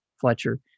Fletcher